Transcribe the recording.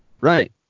Right